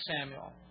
Samuel